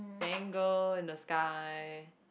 dangle in the sky